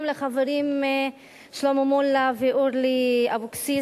וגם לחברים שלמה מולה ואורלי אבקסיס